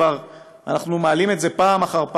כבר אנחנו מעלים את זה פעם אחר פעם,